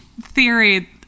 theory